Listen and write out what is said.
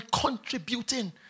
contributing